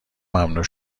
ممنوع